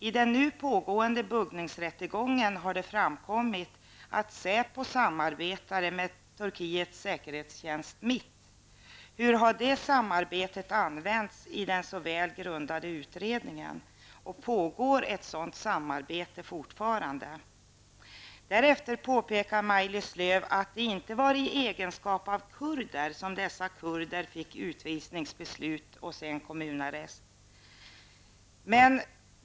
I den nu pågående buggningsrättegången har det framkommit att säpo samarbetat med den Turkiets säkerhetstjänst MIT. Hur har det samarbetet används i den välgrundade utredningen och pågår ett sådant samarbete fortfarande? Därefter påpekar Maj-Lis Lööw att det inte var i egenskap av kurder som dessa kurder dömdes till utvisning och därefter kommunarrest.